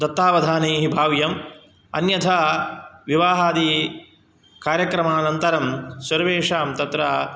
दत्तावधानैः भाव्यम् अन्यथा विवाहादिकार्यक्रमानन्तरं सर्वेषां तत्र